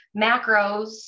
macros